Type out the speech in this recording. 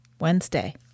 Wednesday